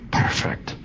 perfect